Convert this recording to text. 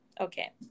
Okay